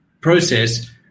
process